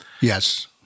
Yes